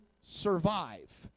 survive